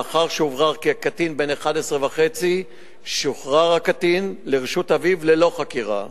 לאחר שהוברר כי הקטין בן 11.5 הוא שוחרר לרשות אביו ללא חקירה.